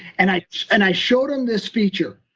and i and i showed them this feature.